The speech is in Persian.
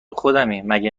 خودمی، مگه